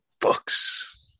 Books